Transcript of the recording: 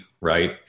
right